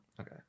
Okay